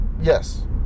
Yes